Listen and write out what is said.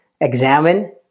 Examine